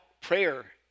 prayer